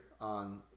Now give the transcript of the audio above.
on